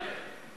טלב,